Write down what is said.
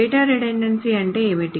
data redundancy అంటే ఏమిటి